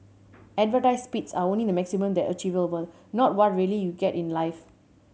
advertised speeds are only the maximum that achievable not what really you get in life